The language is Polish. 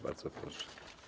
Bardzo proszę.